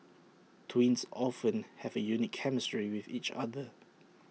twins often have A unique chemistry with each other